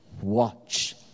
watch